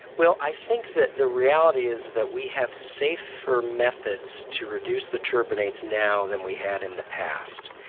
well, i think that the reality is that we have safer methods to reduce the turbinates now than we had in the past.